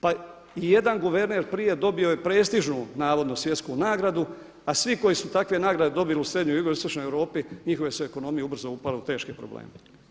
Pa i jedan guverner prije dobio je prestižnu navodno svjetsku nagradu a svi koji su takve nagrade dobili u srednjoj i jugoistočnoj Europi njihove su ekonomije ubrzo upale u teške probleme.